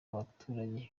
abaturage